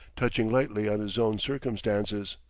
touching lightly on his own circumstances,